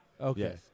Okay